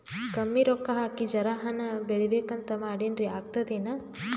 ಕಮ್ಮಿ ರೊಕ್ಕ ಹಾಕಿ ಜರಾ ಹಣ್ ಬೆಳಿಬೇಕಂತ ಮಾಡಿನ್ರಿ, ಆಗ್ತದೇನ?